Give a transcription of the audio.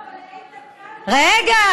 לא, אבל לאיתן כבל, רגע,